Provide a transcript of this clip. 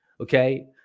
Okay